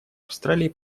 австралии